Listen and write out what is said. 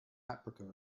paprika